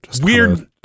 Weird